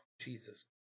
Jesus